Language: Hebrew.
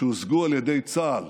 שהושגו על ידי צה"ל,